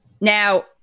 Now